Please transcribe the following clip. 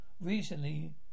recently